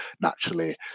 naturally